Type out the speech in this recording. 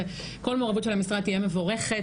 כל מעורבות של המשרד תהיה מבורכת.